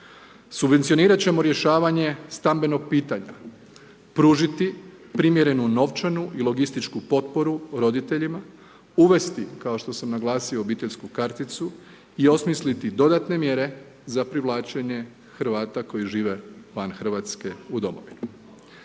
Subvencionirati ćemo rješavanje stambenog pitanja, pružiti primjerenu novčanu i logističku potporu roditeljima, uvesti, kao što sam naglasio obiteljsku karticu i osmisliti dodatne mjere za privlačenje Hrvata koji žive van Hrvatske u domovini.